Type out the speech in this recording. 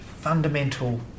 fundamental